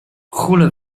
goele